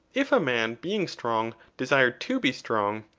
if a man being strong desired to be strong,